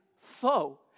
foe